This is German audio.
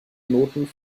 noten